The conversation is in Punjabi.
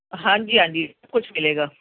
ਹਾਂਜੀ ਹਾਂਜੀ ਸਭ ਕੁਛ ਮਿਲੇਗਾ